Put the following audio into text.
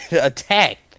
attacked